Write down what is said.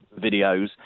videos